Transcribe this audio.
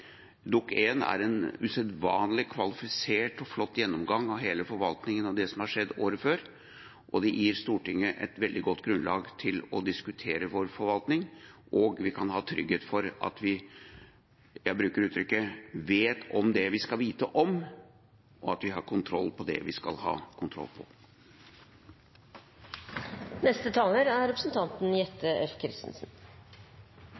er en usedvanlig kvalifisert og flott gjennomgang av hele forvaltningen av det som har skjedd året før. Det gir Stortinget et veldig godt grunnlag for å diskutere vår forvaltning, og vi kan ha trygghet for at vi vet om det vi skal vite om, og at vi har kontroll på det vi skal ha kontroll på.